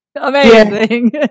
amazing